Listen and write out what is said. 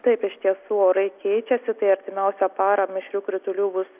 taip iš tiesų orai keičiasi tai artimiausią parą mišrių kritulių bus